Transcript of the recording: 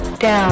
down